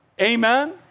Amen